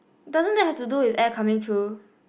doesn't that have to come with air coming through